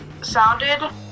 sounded